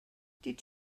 did